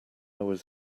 was